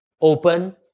open